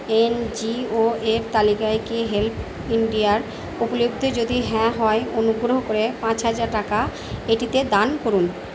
N জি ওর তালিকায় কি হেল্প ইন্ডিয়ার উপলব্ধি যদি হ্যাঁ হয় অনুগ্রহ করে পাঁচ হাজার টাকা এটিতে দান করুন